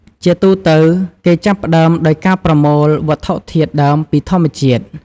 ជាទូទៅ គេចាប់ផ្តើមដោយការប្រមូលវត្ថុធាតុដើមពីធម្មជាតិ។